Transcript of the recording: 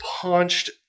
punched